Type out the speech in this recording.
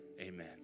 Amen